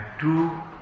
two